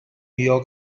york